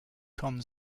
conn